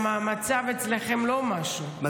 כי המצב אצלכם לא משהו,